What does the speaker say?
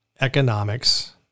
economics